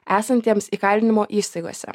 esantiems įkalinimo įstaigose